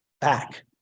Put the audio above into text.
back